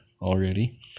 already